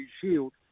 Shield